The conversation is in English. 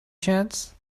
chance